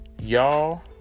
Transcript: Y'all